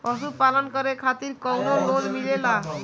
पशु पालन करे खातिर काउनो लोन मिलेला?